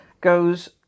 goes